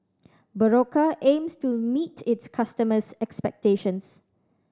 Berocca aims to meet its customers' expectations